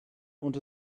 und